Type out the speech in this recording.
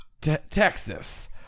texas